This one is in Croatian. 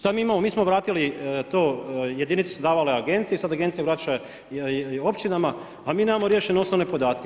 Sada mi imamo, mi smo vratili to, jedinice su davale agenciji, sada agencija vraća općinama a mi nemamo rješenje osnovne podatke.